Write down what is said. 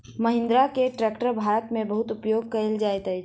महिंद्रा के ट्रेक्टर भारत में बहुत उपयोग कयल जाइत अछि